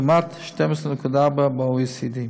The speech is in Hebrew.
לעומת 12.4 ב-OECD.